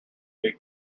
big